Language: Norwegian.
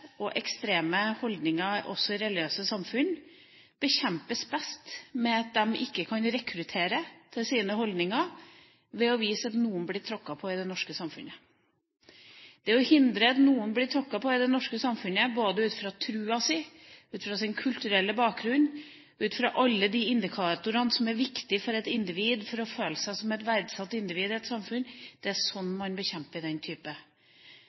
og ekstreme holdninger, også i religiøse samfunn, bekjempes best ved at de ikke kan rekruttere til sine holdninger ved å vise til at noen blir tråkket på i det norske samfunnet. Det å hindre at noen blir tråkket på i det norske samfunnet, både ut fra troen sin, ut fra sin kulturelle bakgrunn og ut fra alle de indikatorene som er viktige for at et individ skal føle seg som et verdsatt individ i et samfunn, er måten man bekjemper den type